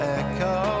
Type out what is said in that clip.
echo